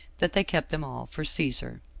that they kept them all for caesar.